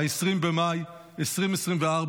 20 במאי 2024,